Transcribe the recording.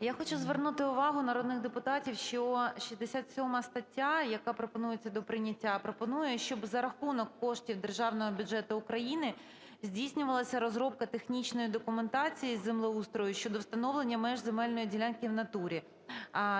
Я хочу звернути увагу народних депутатів, що 67 стаття, яка пропонується до прийняття, пропонує, щоб за рахунок коштів державного бюджету України здійснювалася розробка технічної документації землеустрою щодо встановлення меж земельної ділянки в натурі